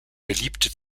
beliebte